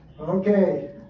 Okay